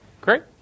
Great